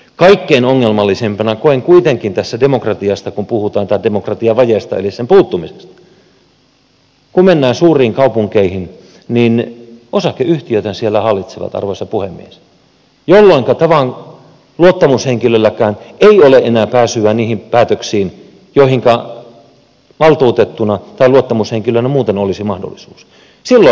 kaikkein ongelmallisimpana koen kuitenkin kun tässä puhutaan demokratiasta tai sen puuttumisesta eli demokratiavajeesta sen että kun mennään suuriin kaupunkeihin niin osakeyhtiöthän siellä hallitsevat arvoisa puhemies jolloinka tavan luottamushenkilölläkään ei ole enää pääsyä niihin päätöksiin joihinka valtuutettuna tai luottamushenkilönä muuten olisi mahdollisuus silloin vedotaan osakeyhtiölakiin